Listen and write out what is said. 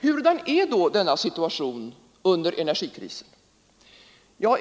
Hurudan är då denna situation under energikrisen?